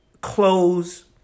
clothes